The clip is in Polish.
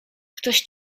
ktoś